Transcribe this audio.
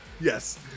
Yes